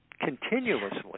continuously